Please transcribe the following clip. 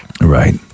Right